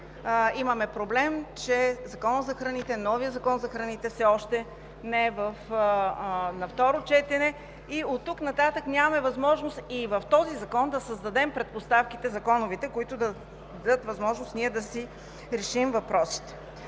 имаме проблем, че новият закон за храните все още не е на второ четене и оттук нататък нямаме възможност в този закон да създадем законовите предпоставки, които да дадат възможност ние да си решим въпросите.